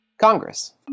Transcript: Congress